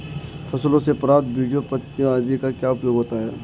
फसलों से प्राप्त बीजों पत्तियों आदि का क्या उपयोग होता है?